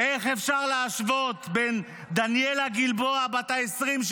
איך אפשר להשוות בין דניאלה גלבוע שלנו, בת ה-20,